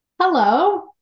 Hello